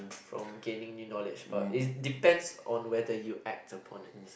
from gaining in knowledge but is depends on whether you act upon it